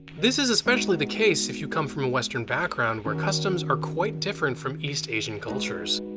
this is especially the case if you come from a western background where customs are quite different from east asian cultures.